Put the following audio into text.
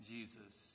Jesus